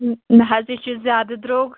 نہَ حظ یہِ چھُ زیادٕ درٛۅگ